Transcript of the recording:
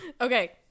Okay